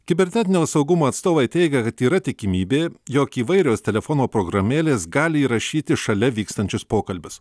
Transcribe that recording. kibernetinio saugumo atstovai teigia kad yra tikimybė jog įvairios telefono programėlės gali įrašyti šalia vykstančius pokalbius